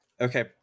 Okay